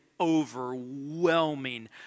overwhelming